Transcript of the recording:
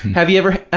have you ever, ah